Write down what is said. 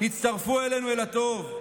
הצטרפו אלינו אל הטוב.